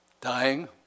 dying